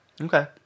Okay